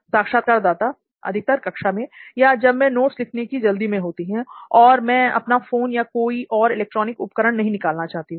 साक्षात्कारदाता अधिकतर कक्षा में या जब मैं नोट्स लिखने की जल्दी में होती हूं और मैं अपना फोन या कोई और इलेक्ट्रॉनिक उपकरण नहीं निकालना चाहती हूं